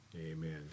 Amen